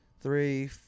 three